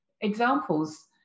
examples